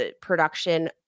production